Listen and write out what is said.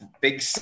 Big